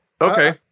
Okay